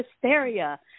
hysteria